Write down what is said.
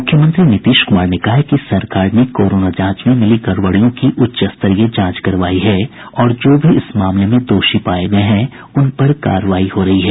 मुख्यमंत्री नीतीश क्मार ने कहा है कि सरकार ने कोरोना जांच में मिली गड़बड़ियों की उच्च स्तरीय जांच करवायी है और जो भी इस मामले में दोषी पाये गये हैं उनपर कार्रवाई हो रही है